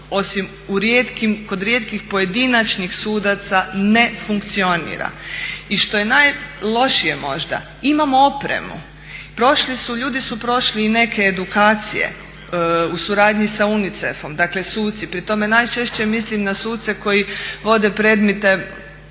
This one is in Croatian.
osim u rijetkim, kod rijetkih pojedinačnih sudaca ne funkcionira. I što je najlošije možda imamo opremu, ljudi su prošli i neke edukacije u suradnji sa UNICEF-om, dakle suci, pri tome najčešće mislim na suce koji vode predmete